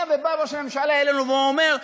היה ובא ראש הממשלה אלינו ואומר,